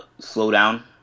slowdown